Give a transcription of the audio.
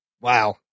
Wow